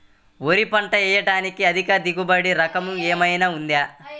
వరి పంట వేయటానికి అధిక దిగుబడి రకం ఏమయినా ఉందా?